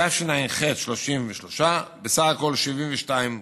בתשע"ח, 33. בסך הכול 72 כיתות.